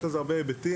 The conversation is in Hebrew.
יש לזה הרבה היבטים.